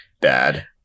bad